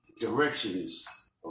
directions